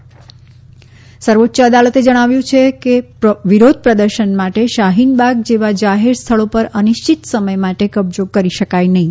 SC Shaheen Bagh સર્વોચ્ય અદાલતે આજે જણાવ્યું છે કે વિરોધ પ્રદર્શન માટે શાહીનબાગ જેવા જાહેર સ્થળો પર અનિશ્ચિત સમય માટે કબજો કરી શકાય નહીં